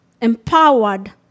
empowered